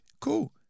cool